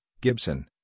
Gibson